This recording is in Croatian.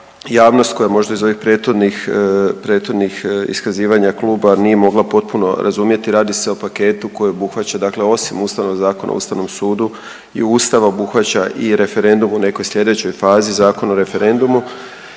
javnost koja možda iz ovih prethodnih, prethodnih iskazivanja kluba nije mogla potpuno razumjeti, radi se o paketu koji obuhvaća dakle osim Ustavnog zakona o ustavnom sudu i ustav obuhvaća i referendum u nekoj slijedećoj fazi Zakon o referendumu